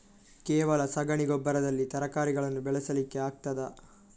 ಕೇವಲ ಸಗಣಿ ಗೊಬ್ಬರದಲ್ಲಿ ತರಕಾರಿಗಳನ್ನು ಬೆಳೆಸಲಿಕ್ಕೆ ಆಗ್ತದಾ?